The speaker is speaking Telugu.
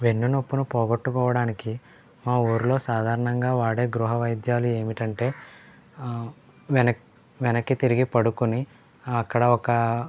వెన్ను నొప్పును పోగొట్టుకోవడానికి మా ఊళ్ళో సాధారణంగా వాడే గృహవైద్యాలు ఏమిటి అంటే వెన వెనక్కి తిరిగి పడుకుని అక్కడ ఒక